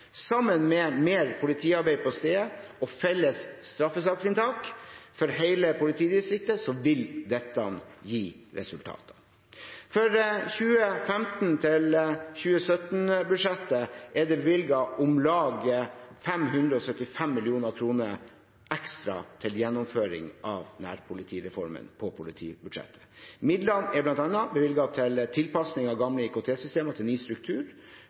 Sammen med mer politiarbeid på stedet og felles straffesaksinntak for hele politidistriktet vil dette gi resultater. For 2015–2017-budsjettene er det bevilget om lag 575 mill. kr ekstra på politibudsjettet til gjennomføring av nærpolitireformen. Midlene er bl.a. bevilget til tilpasning av gamle IKT-systemer til ny struktur,